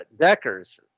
Deckers